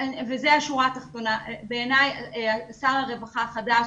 וזו השורה התחתונה, שר הרווחה החדש